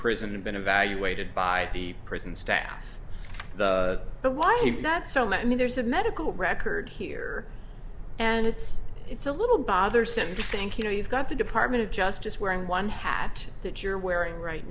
prison and been evaluated by the prison staff but why is that so much i mean there's a medical record here and it's it's a little bothersome to think you know you've got the department of justice wearing one hat that you're wearing right